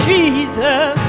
Jesus